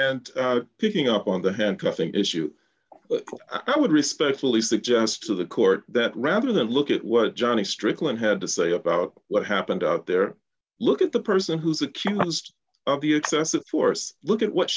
and picking up on the handcuffing issue i would respectfully suggest to the court that rather than look at what johnnie strickland had to say about what happened out there look at the person who's accused of the excessive force look at what